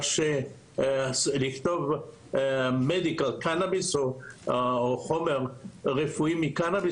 לכתוב medical cannabis או חומר רפואי מקנביס,